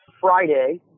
Friday